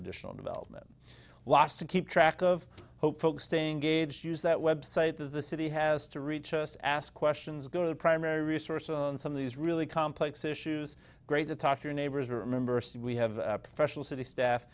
additional development lots to keep track of hope folks staying gages use that website that the city has to reach us ask questions go to the primary resource on some of these really complex issues great to talk to your neighbors remember we have a professional